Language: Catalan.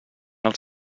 els